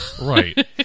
Right